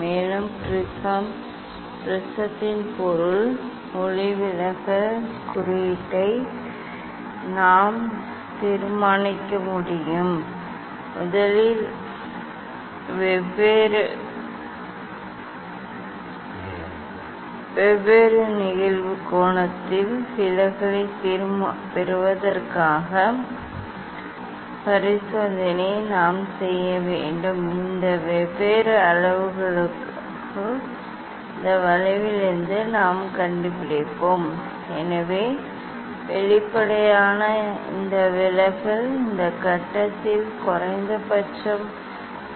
மேலும் ப்ரிஸத்தின் பொருளின் ஒளிவிலகல் குறியீட்டை நாம் தீர்மானிக்க முடியும் முதலில் வெவ்வேறு நிகழ்வு கோணத்தில் விலகலைப் பெறுவதற்கான பரிசோதனையை நாம் செய்ய வேண்டும் இந்த வெவ்வேறு அளவுருக்கள் இந்த வளைவிலிருந்து நாம் கண்டுபிடிப்போம் எனவே வெளிப்படையாக இந்த விலகல் இந்த கட்டத்தில் குறைந்தபட்சம்